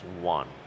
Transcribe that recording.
one